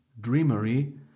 Dreamery